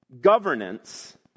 Governance